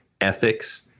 ethics